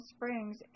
Springs